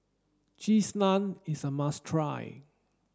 cheese naan is a must try